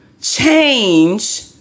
Change